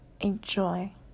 Enjoy